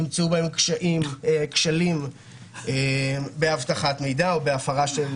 נמצאו בהן כשלים באבטחת מידע ובהפרה של